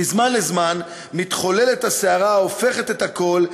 מזמן לזמן מתחוללת הסערה ההופכת את הכול,